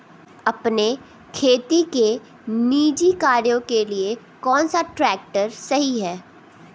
अपने खेती के निजी कार्यों के लिए कौन सा ट्रैक्टर सही है?